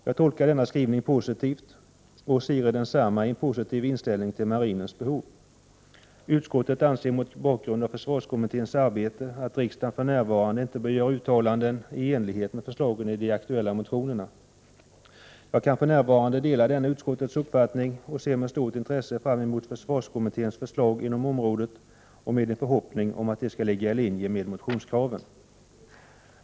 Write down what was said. Jag tolkar denna skrivning positivt och ser i densamma en positiv inställning till marinens behov. Utskottet anser, mot bakgrund av försvarskommitténs arbete, att riksdagen för närvarande inte bör göra uttalanden i enlighet med förslagen i de aktuella motionerna. Jag kan för närvarande dela denna utskottets uppfattning och ser med stort intresse fram emot försvarskommitténs förslag inom området. Jag hoppas att de skall ligga i linje med motionskraven.